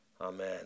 amen